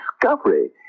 discovery